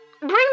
Bring